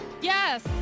Yes